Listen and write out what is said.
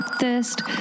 thirst